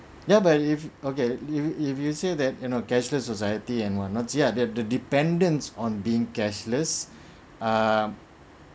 ya but if okay if you if you say that you know cashless society and what not yeah the the the dependence on being cashless uh